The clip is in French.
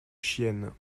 chiennes